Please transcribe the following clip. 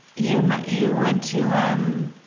you you went to, um,